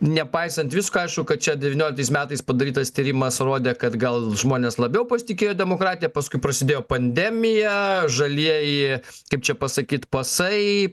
nepaisant visko aišku kad čia devynioliktais metais padarytas tyrimas rodė kad gal žmonės labiau pasitikėjo demokratija paskui prasidėjo pandemija žalieji kaip čia pasakyt pasai